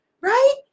right